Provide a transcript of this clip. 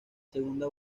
segunda